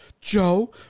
Joe